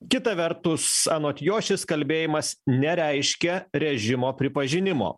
kita vertus anot jo šis kalbėjimas nereiškia režimo pripažinimo